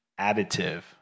additive